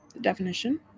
definition